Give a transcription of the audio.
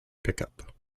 pickup